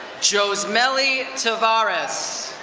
josemelly tavarus.